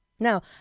Now